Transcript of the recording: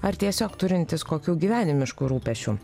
ar tiesiog turintys kokių gyvenimiškų rūpesčių